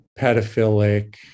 pedophilic